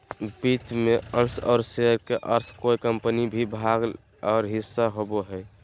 वित्त में अंश और शेयर के अर्थ कोय कम्पनी में भाग और हिस्सा होबो हइ